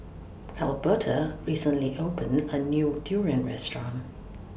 Alberta recently opened A New Durian Restaurant